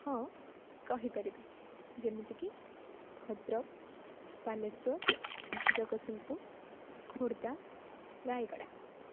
ହଁ କହିପାରିବି ଯେମିତିକି ଭଦ୍ରକ ବାଲେଶ୍ଵର ଜଗତସିଂହପୁର ଖୋର୍ଦ୍ଧା ରାୟଗଡ଼ା